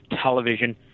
television